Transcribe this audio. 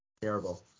terrible